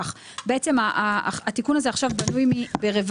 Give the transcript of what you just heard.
כך: בעצם התיקון הזה עכשיו בנוי ברבדים.